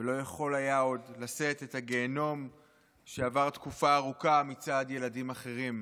ולא יכול היה עוד לשאת את הגיהינום שעבר תקופה ארוכה מצד ילדים אחרים,